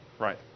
right